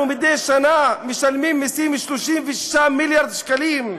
אנחנו מדי שנה משלמים מסים 36 מיליארד שקלים.